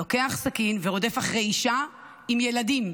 לוקח סכין ורודף אחרי אישה עם ילדים.